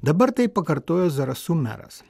dabar tai pakartojo zarasų meras